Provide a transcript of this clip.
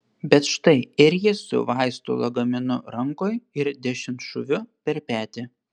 bet štai ir ji su vaistų lagaminu rankoj ir dešimtšūviu per petį